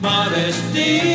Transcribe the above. Modesty